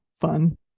fun